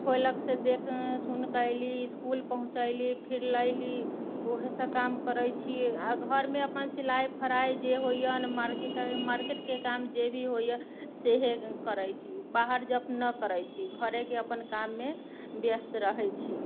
कोइलखसँ देख सुन कऽ अयली इसकुल पहुँचैली फिर लैली ओहेसँ काम करै छी आओर घरमे अपन सिलाइ फड़ाइ जे होइए मार्केटके काम जे भी होइए सएहे करै छी बाहर जॉब नहि करै छी घरेके अपन काममे व्यस्त रहै छी